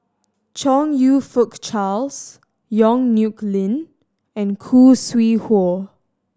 Chong You Fook Charles Yong Nyuk Lin and Khoo Sui Hoe